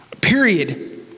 Period